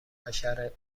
حشره